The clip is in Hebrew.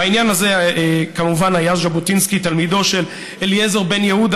בעניין הזה כמובן היה ז'בוטינסקי תלמידו של אליעזר בן יהודה,